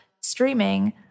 streaming